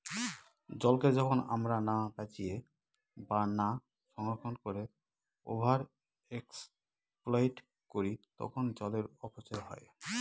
জলকে যখন আমরা না বাঁচিয়ে বা না সংরক্ষণ করে ওভার এক্সপ্লইট করি তখন জলের অপচয় হয়